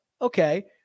okay